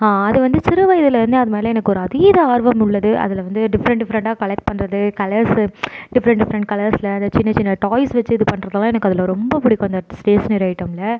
அது வந்து சிறு வயதிலிருந்து அது மேல் எனக்கு ஒரு அதீத ஆர்வம் உள்ளது அதில் வந்து டிஃப்ரெண்ட் டிஃப்ரெண்ட்டாக கலெக்ட் பண்ணுறது கலர்ஸு டிஃப்ரெண்ட் டிஃப்ரெண்ட் கலர்ஸில் அதை சின்ன சின்ன டாய்ஸ் வெச்சு இது பண்றதுலாம் எனக்கு அதில் ரொம்ப பிடிக்கும் அந்த ஸ்டேஷ்னரி ஐட்டமில்